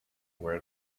where